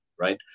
Right